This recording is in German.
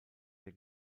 der